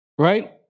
Right